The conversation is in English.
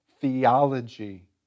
theology